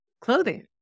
clothing